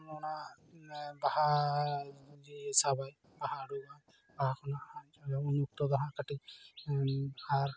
ᱡᱚᱢ ᱨᱮᱱᱟᱜ ᱵᱟᱦᱟ ᱡᱮ ᱥᱟᱵᱟᱭ ᱵᱟᱦᱟ ᱩᱰᱩᱠᱚᱜᱼᱟ ᱵᱟᱦᱟ ᱠᱷᱚᱱᱟᱜ ᱵᱟᱦᱟ ᱡᱚ ᱩᱱ ᱚᱠᱛᱚ ᱫᱚ ᱦᱟᱸᱜ ᱠᱟᱹᱴᱤᱡ ᱟᱨ